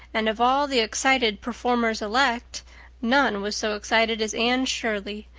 and of all the excited performers-elect none was so excited as anne shirley,